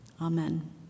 Amen